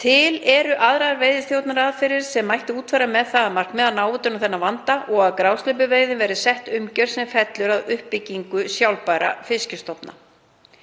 Til eru aðrar veiðistjórnunaraðferðir sem mætti útfæra með það að markmiði að ná utan um þann vanda og að grásleppuveiðum verði sett umgjörð sem fellur að uppbyggingu sjálfbærra fiskistofna.“